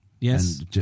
Yes